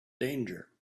danger